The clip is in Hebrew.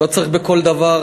לא צריך בכל דבר